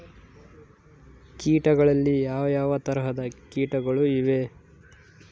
ಕೇಟಗಳಲ್ಲಿ ಯಾವ ಯಾವ ತರಹದ ಕೇಟಗಳು ಇವೆ?